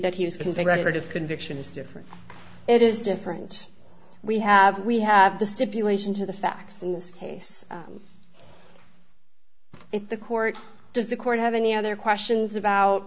that he was convicted of conviction is different it is different we have we have the stipulation to the facts in this case if the court does the court have any other questions about